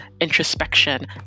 introspection